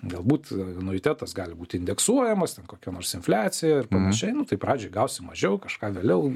galbūt anuitetas gali būt indeksuojamas ten kokia nors infliacija ir panašiai nu tai pradžiai gausi mažiau kažką vėliau